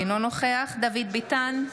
אינו נוכח דוד ביטן,